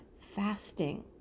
fasting